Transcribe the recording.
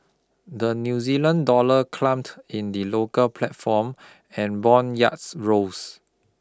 the New Zealand Dollar climbed in the local platform and bond rose